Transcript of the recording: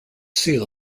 sea